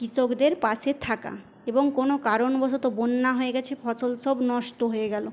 কৃষকদের পাশে থাকা এবং কোন কারণবশত বন্যা হয়ে গেছে ফসল সব নষ্ট হয়ে গেল